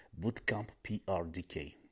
bootcampprdk